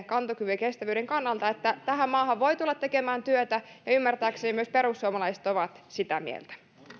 kantokyvyn ja kestävyyden kannalta että tähän maahan voi tulla tekemään työtä ja ymmärtääkseni myös perussuomalaiset ovat sitä mieltä